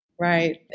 Right